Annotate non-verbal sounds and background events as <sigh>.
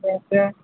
<unintelligible> আছে